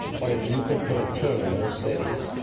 but if you could put a pin in most cities,